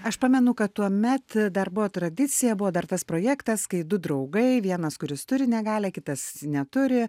aš pamenu kad tuomet dar buvo tradicija buvo dar tas projektas kai du draugai vienas kuris turi negalią kitas neturi